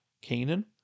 Canaan